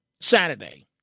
Saturday